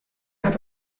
hat